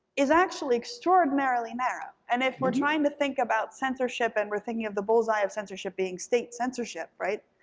is actually extraordinarily narrow, and if we're trying to think about censorship, and we're thinking of the bullseye of censorship being state censorship, right,